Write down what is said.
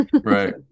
Right